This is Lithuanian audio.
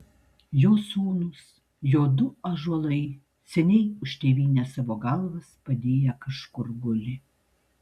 jo sūnūs jo du ąžuolai seniai už tėvynę savo galvas padėję kažkur guli